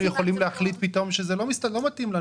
אנחנו יכולים להחליט פתאום שזה לא מתאים לנו